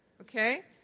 okay